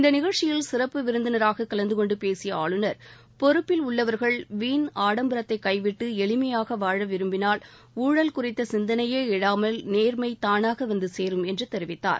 இந்த நிகழ்ச்சியில் சிறப்பு விருந்தினராகக் கலந்து கொண்டு பேசிய ஆளுநர் பொறுப்பில் உள்ளவர்கள் வீன் ஆடம்பரத்தைக் கைவிட்டு எளிமையாக வாழ விரும்பினால் ஊழல் குறித்த சிந்தனையே எழாமல் நேர்மை தானாக வந்து சேரும் என்று தெரிவித்தார்